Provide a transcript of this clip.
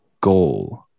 Goal